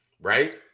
Right